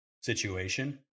situation